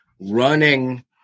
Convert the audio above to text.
Running